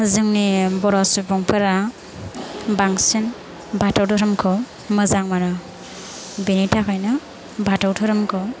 जोंनि बर' सुबुंफोरा बांसिन बाथौ दोहोरोमखौ मोजां मोनो बेनि थाखायनो बाथौ दोहोरोमखौ